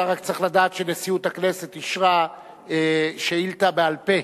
אתה רק צריך לדעת שנשיאות הכנסת אישרה שאילתא בעל-פה.